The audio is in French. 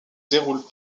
déroulent